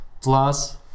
Plus